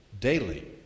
Daily